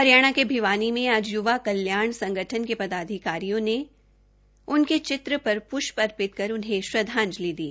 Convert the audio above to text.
हरियाणा के भिवानी में आज य्वा कल्याण संगठन के पदाधिकारियों ने उनके चित्र पर प्ष्प चित्र पर उन्हें श्रदधांजलि दी